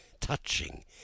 Touching